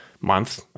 month